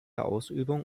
ausübung